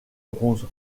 bronze